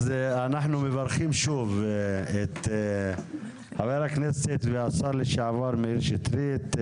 אנחנו מברכים שוב את חבר הכנסת והשר לשעבר מאיר שטרית.